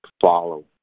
Follow